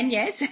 yes